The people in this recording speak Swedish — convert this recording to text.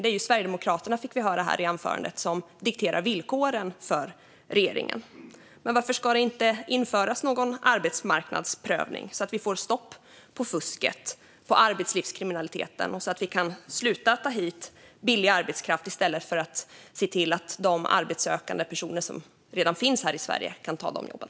Det är ju Sverigedemokraterna, fick vi höra här under anförandet, som dikterar villkoren för regeringen. Men varför ska det inte införas någon arbetsmarknadsprövning, så att vi får stopp på fusket och arbetslivskriminaliteten och så att vi kan sluta att ta hit billig arbetskraft och i stället se till att de arbetssökande personer som redan finns här i Sverige kan ta de jobben?